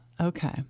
Okay